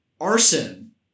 Arson